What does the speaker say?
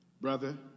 brother